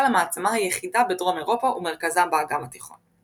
למעצמה היחידה בדרום אירופה ומרכזה ובאגן הים התיכון.